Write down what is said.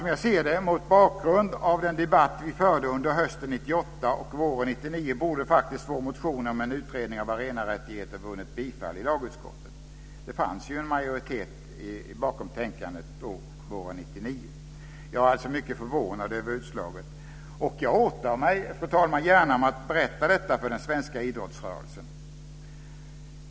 Som jag ser det borde faktiskt, mot bakgrund av den debatt vi förde under hösten 1998 och våren 1999, vår motion om en utredning av arenarättigheterna ha vunnit bifall i lagutskottet. Det fanns ju en majoritet bakom detta tänkande våren 1999. Jag är alltså mycket förvånad över utslaget. Jag åtar mig, fru talman, gärna att berätta detta för den svenska idrottsrörelsen.